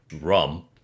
rum